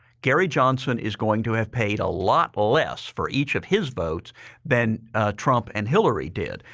gary johnson is going to have paid a lot less for each of his votes than trump and hillary did.